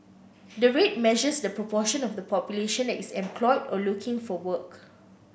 the rate measures the proportion of the population that is employed or looking for work